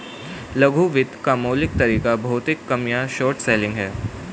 लघु वित्त का मौलिक तरीका भौतिक कम या शॉर्ट सेलिंग है